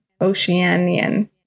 Oceanian